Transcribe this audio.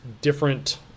different